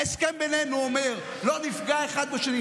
ההסכם בינינו אומר: לא נפגע אחד בשני.